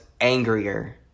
angrier